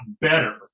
better